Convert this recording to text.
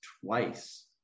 twice